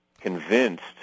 convinced